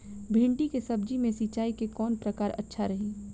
भिंडी के सब्जी मे सिचाई के कौन प्रकार अच्छा रही?